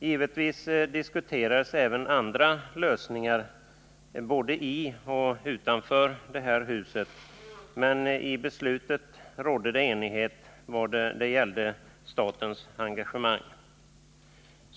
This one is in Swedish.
Givetvis diskuterades även andra lösningar både i och utanför detta hus, men i beslutet rådde det enighet vad det gäller statens engagemang.